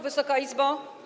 Wysoka Izbo!